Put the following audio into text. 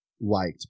liked